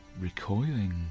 recoiling